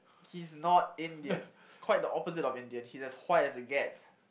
he's not Indian he's quite the opposite of Indian he's as white as it gets